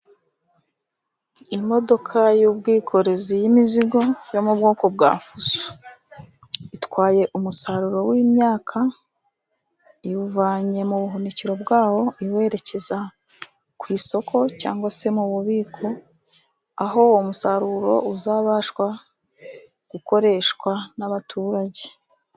Imodoka y'ubwikorezi y'imizigo yo mu bwoko bwa fuso, itwaye umusaruro w'imyaka iwuvanye mu buhunikiro bwawo, iwerekeza ku isoko cyangwa se mububiko, aho uwo musaruro uzabashwa gukoreshwa n'abaturage.